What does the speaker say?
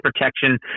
protection